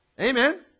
amen